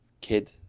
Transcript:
kid